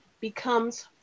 becomes